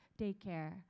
daycare